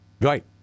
Right